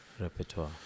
repertoire